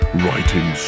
writing